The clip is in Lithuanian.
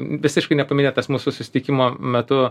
visiškai nepaminėtas mūsų susitikimo metu